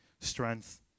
strength